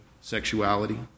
sexuality